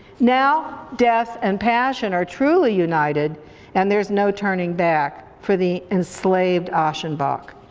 now, death and passion are truly united and there's no turning back for the enslaved aschenbach.